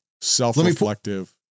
Self-reflective